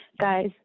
Guys